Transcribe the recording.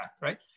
right